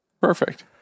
Perfect